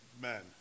men